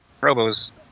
Robo's –